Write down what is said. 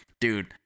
dude